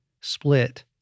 split